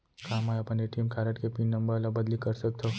का मैं अपन ए.टी.एम कारड के पिन नम्बर ल बदली कर सकथव?